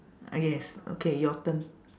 ah yes okay your turn